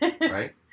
Right